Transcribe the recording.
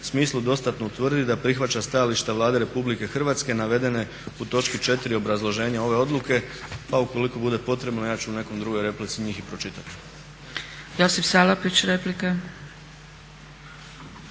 smislu dostatno utvrditi da prihvaća stajališta Vlade RH navedene u točki 4. obrazloženja ove odluke. Pa ukoliko bude potrebno ja ću u nekoj drugoj replici njih i pročitati.